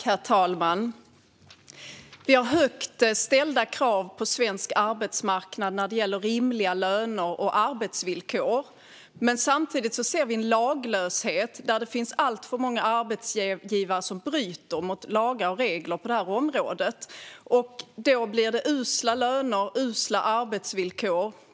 Herr talman! Det finns högt ställda krav på svensk arbetsmarknad när det gäller rimliga löner och arbetsvillkor. Men samtidigt finns en laglöshet där alltför många arbetsgivare bryter mot lagar och regler. Då blir det usla löner och usla arbetsvillkor.